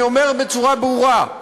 אני אומר בצורה ברורה: